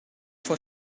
for